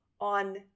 on